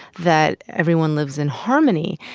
that everyone lives in harmony.